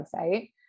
website